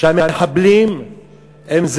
שהמחבלים הם,